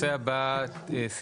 תודה.